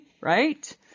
right